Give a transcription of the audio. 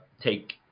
take